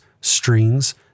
strings